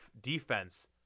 defense